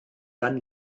dann